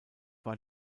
war